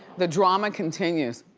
the drama continues.